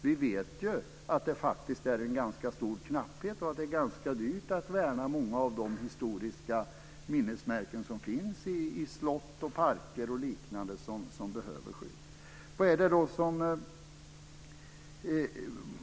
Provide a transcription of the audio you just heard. Vi vet ju att det faktiskt är ganska knappa resurser och att det är ganska dyrt att värna många av de historiska minnesmärken som finns i slott, parker och liknande och som behöver skydd.